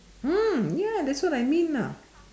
mm ya that's what I mean ah